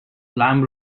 lamb